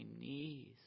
knees